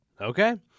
Okay